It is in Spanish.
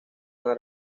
una